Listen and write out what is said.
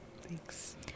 Thanks